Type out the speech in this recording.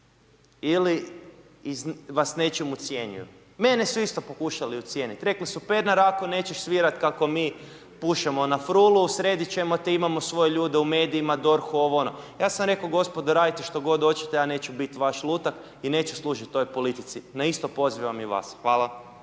ili vas nečim ucjenjuju. Mene su isto pokušali ucijenit, rekli su Pernar ako nećeš svirat kako mi pušemo na frulu, sredit ćemo te imamo svoje ljude u medijima, DORH-u ovo ono, ja sam rekao gospodo radite što god hoćete ja neću biti vaš lutak i neću služit ovoj politici, na isto pozivam i vas. Hvala.